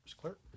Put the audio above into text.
Clerk